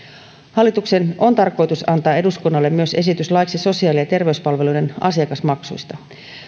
hallituksen on tarkoitus antaa eduskunnalle myös esitys laiksi sosiaali ja terveyspalveluiden asiakasmaksuista